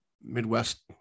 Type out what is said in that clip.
Midwest